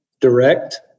direct